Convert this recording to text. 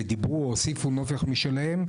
ודיברו או הוסיפו נופך משלהם.